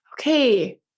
Okay